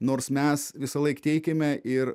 nors mes visąlaik teikiame ir